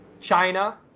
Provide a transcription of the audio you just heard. China